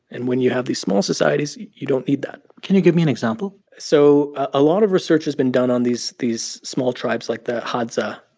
and when you have these small societies, you don't need that can you give me an example? so a lot of research has been done on these these small tribes like the hadza,